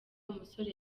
umusore